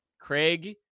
Craig